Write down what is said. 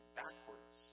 backwards